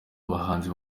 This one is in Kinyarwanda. abahanzi